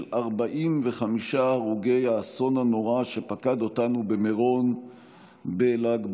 45 הרוגי האסון הנורא שפקד אותנו במירון בל"ג בעומר.